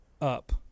up